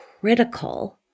critical